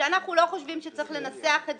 שהייתי יכול להימנע מהסחטנות